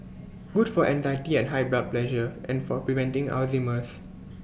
good for anxiety and high blood pressure and for preventing Alzheimer's